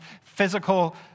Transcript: physical